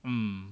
mm